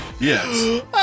Yes